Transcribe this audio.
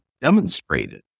demonstrated